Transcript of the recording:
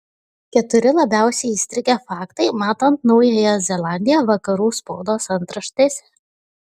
keturi labiausiai įstrigę faktai matant naująją zelandiją vakarų spaudos antraštėse